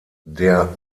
der